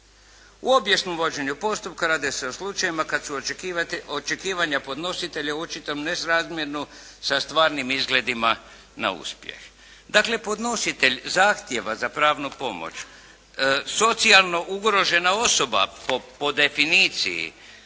U obijesnom vođenju postupka radi se o slučajevima kada su očekivanja podnositelja u očitom nesrazmjeru sa stvarnim izgledima na uspjeh. Dakle podnositelj zahtjeva za pravnu pomoć, socijalno ugrožena osoba po definiciji